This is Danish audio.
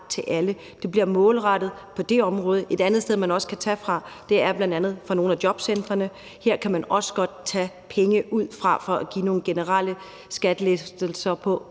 til alle, det bliver målrettet det område. Et andet sted, man også kan tage fra, er nogle af jobcentrene. Herfra kan man også godt tage penge ud for at give nogle generelle skattelettelser,